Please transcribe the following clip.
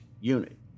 unit